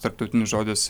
tarptautinis žodis